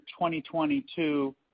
2022